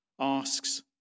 asks